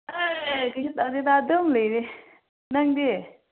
ꯍꯩ ꯀꯩꯁꯨ ꯇꯧꯗꯦꯗ ꯑꯗꯨꯝ ꯂꯩꯔꯤ ꯅꯪꯗꯤ